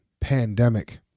pandemic